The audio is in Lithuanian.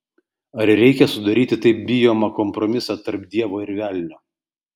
ar reikia sudaryti taip bijomą kompromisą tarp dievo ir velnio